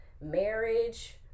marriage